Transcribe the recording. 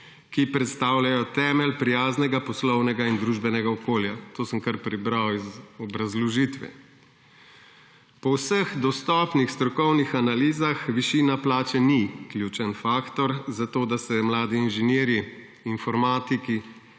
ki predstavljajo temelj prijaznega poslovnega in družbenega okolja«. To sem kar prebral iz obrazložitve. Po vseh dostopnih strokovnih analizah višina plače ni ključni faktor za to, da se mladi inženirji, informatiki,